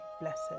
blessed